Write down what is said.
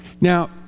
Now